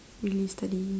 really study